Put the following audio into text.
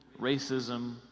racism